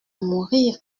mourir